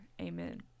Amen